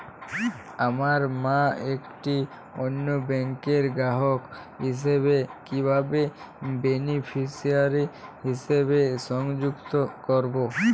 আমার মা একটি অন্য ব্যাংকের গ্রাহক হিসেবে কীভাবে বেনিফিসিয়ারি হিসেবে সংযুক্ত করব?